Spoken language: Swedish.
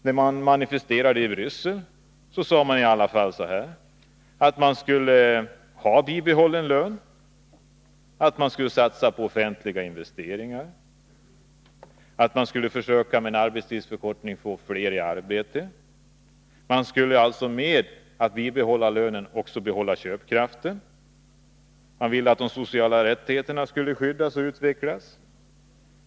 När man manifesterade i Bryssel sade man i alla fall att man skulle ha bibehållen lön, att man skulle satsa på offentliga investeringar och att man skulle försöka att få flera i arbete genom arbetstidsförkortning. I och med att man har bibehållen lön skulle man alltså också behålla köpkraften. Man ville att de sociala rättigheterna skulle skyddas och utvecklas.